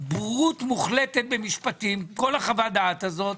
בורות מוחלטת במשפטים, כל חוות הדעת הזאת.